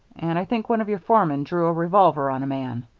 and i think one of your foremen drew a revolver on a man.